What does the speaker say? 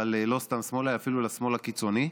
אבל לא סתם שמאלה אלא אפילו לשמאל הקיצוני.